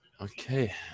Okay